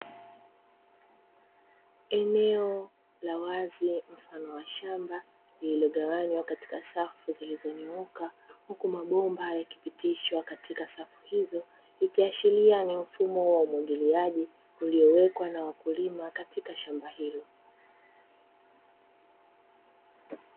Eneo la wazi mfano wa shamba lililogawanywa katika safu zilizonyooka, huku mabomba yakipitishwa katika safu hizo, ikiashiria ni mfumo wa umwagiliaji uliowekwa na mkulima katika shamba hilo.